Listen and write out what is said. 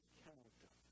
character